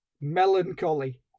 melancholy